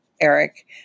Eric